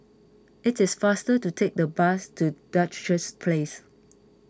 it is faster to take the bus to Duchess Place